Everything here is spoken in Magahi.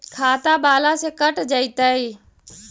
खाता बाला से कट जयतैय?